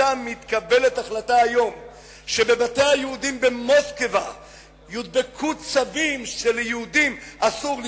החלטה שעל בתי היהודים במוסקבה יודבקו צווים שליהודים אסור לבנות,